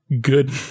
good